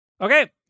Okay